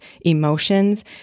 emotions